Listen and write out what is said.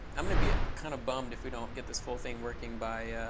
i'm going to be kind of bummed if we don't get this full thing working by